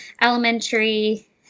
elementary